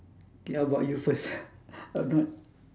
K how about you first a bit